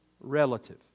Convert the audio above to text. relative